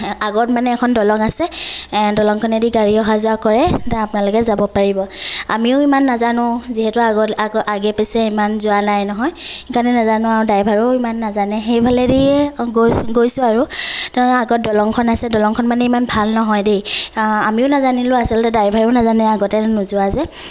আগত মানে এখন দলং আছে দলঙখনেদি গাড়ী অহা যোৱা কৰে আপোনালোকে যাব পাৰিব আমিও ইমান নাজানো যিহেতু আগতে আগে পিছে ইমান যোৱা নাই নহয় সেই কাৰণে নেজানো আৰু ড্ৰাইভাৰো ইমান নাজানে সেই ফালেদিয়ে গৈছো আৰু তাৰ আগত দলঙখন আছে দলঙখন মানে ইমান ভাল নহয় দেই আমিও নাজানিলো আচলতে ড্ৰাইভাৰো নাজানে আগতে নোযোৱা যে